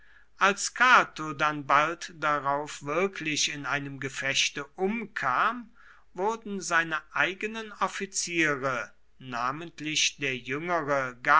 als cato dann bald darauf wirklich in einem gefechte umkam wurden seine eigenen offiziere namentlich der jüngere